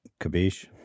Kabish